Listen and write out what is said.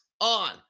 on